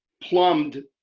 plumbed